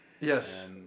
Yes